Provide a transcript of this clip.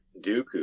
Dooku